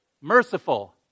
merciful